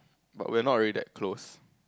but we're not really that close